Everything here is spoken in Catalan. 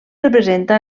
representa